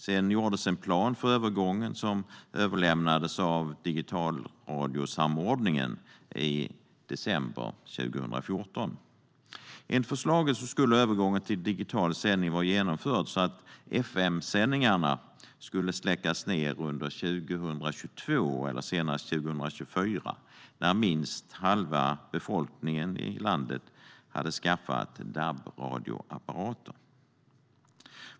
Sedan gjordes en plan för övergången som överlämnades av Digitalradiosamordningen i december 2014. Enligt förslaget skulle övergången till digital sändning vara genomförd så att fm-sändningarna skulle släckas ned 2022 eller senast 2024, när minst halva befolkningen i landet hade skaffat DAB-radioapparater.